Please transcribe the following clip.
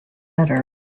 better